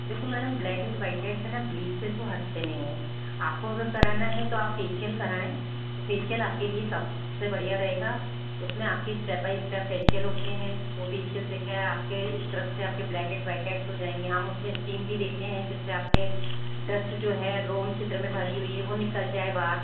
देखो madam blackhead whitehead है ना ब्लीच से तो हटते नहीं है आपको अगर कराना है तो आप फेशियल कराएं फेशियल आपके लिए सबसे बढ़िया रहेगा उसमें आपके स्टेप बाइ स्टेप फेशियल होते हैं तो फेशियल से क्या है आपके स्क्रप से आपके ब्लैक हेड व्हाइट हेड हो जाएंगे हम उसमें स्टीम भी देते हैं जिससे आपके दस्ट जो है रोम क्षेत्र में भरी हुई है वो निकल जाये बाहर